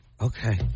Okay